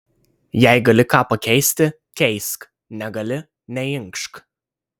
jei gali ką pakeisti keisk negali neinkšk